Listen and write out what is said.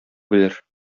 белер